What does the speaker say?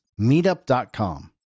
meetup.com